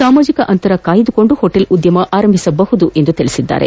ಸಾಮಾಜಿಕ ಅಂತರ ಕಾಯ್ಲುಕೊಂಡು ಹೊಟೇಲ್ ಉದ್ದಮವನ್ನು ಆರಂಭಿಸಬಹುದು ಎಂದರು